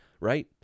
right